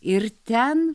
ir ten